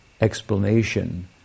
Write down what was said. explanation